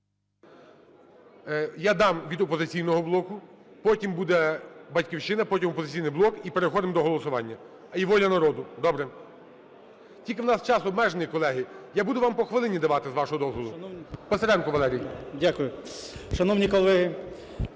Я дам від "Опозиційного блоку". Потім буде "Батьківщина", потім – "Опозиційний блок", і переходимо до голосування. І "Воля народу", добре. Тільки в нас час обмежений, колеги. Я буду вам по хвилині давати, з вашого дозволу. Писаренко Валерій. 13:28:06